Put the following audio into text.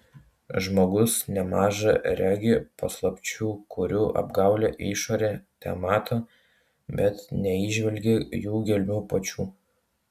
žmogus nemaža regi paslapčių kurių apgaulią išorę temato bet neįžvelgia jų gelmių pačių